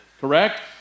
Correct